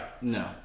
No